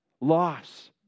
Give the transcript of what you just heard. loss